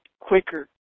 quicker